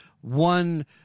one